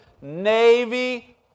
Navy